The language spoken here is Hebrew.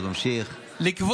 קונסנזוס, לגליזציה.